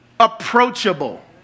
approachable